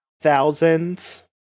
thousands